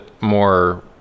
more